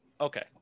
Okay